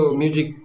music